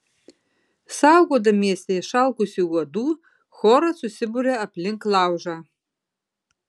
saugodamiesi išalkusių uodų choras susiburia aplink laužą